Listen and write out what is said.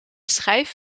schijf